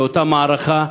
באותה מערכה.